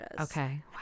Okay